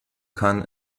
kann